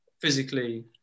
physically